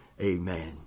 Amen